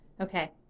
Okay